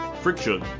Friction